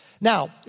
Now